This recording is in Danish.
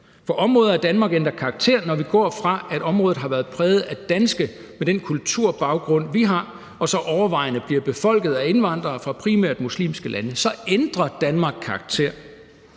For områder i Danmark ændrer karakter, når vi går fra, at området har været præget af danskere med den kulturbaggrund, vi har, og så overvejende bliver befolket af indvandrere fra primært muslimske lande – så ændrer Danmark karakter.